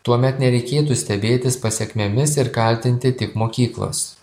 tuomet nereikėtų stebėtis pasekmėmis ir kaltinti tik mokyklos